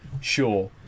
sure